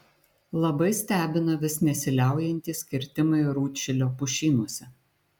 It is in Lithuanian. labai stebina vis nesiliaujantys kirtimai rūdšilio pušynuose